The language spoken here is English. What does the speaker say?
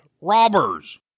Robbers